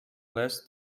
less